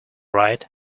right